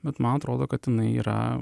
bet man atrodo kad jinai yra